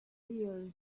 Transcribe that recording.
dears